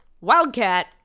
Wildcat